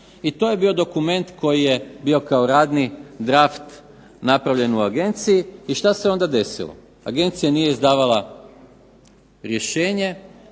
I to je bio dokument koji je bio kao radni draft napravljen u agenciji. I što se onda desilo? Agencija nije izdavala rješenje